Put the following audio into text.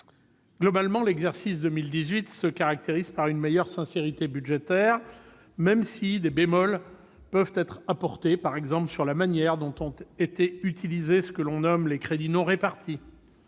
Globalement, l'exercice 2018 se caractérise par une meilleure sincérité budgétaire, même si des bémols peuvent être apportés, par exemple sur la manière dont on a utilisé ce que l'on nomme les « crédits non répartis